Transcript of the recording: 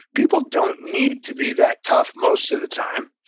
people don't need to be that tough most of the time.